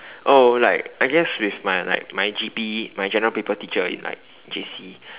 oh like I guess with my like my G_P my general paper teacher in like J_C